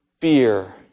fear